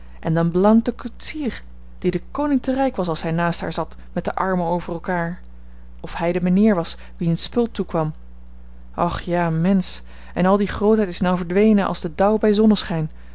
en dan blount de koetsier die den koning te rijk was als hij naast haar zat met de armen over elkaar of hij de mijnheer was wien het spul toe kwam och ja mensch en al die grootheid is nou verdwenen als de dauw bij zonneschijn